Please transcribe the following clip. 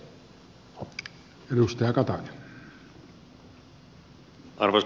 arvoisa puhemies